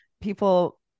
people